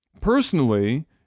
personally